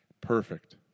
Perfect